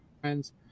friends